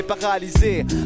paralysé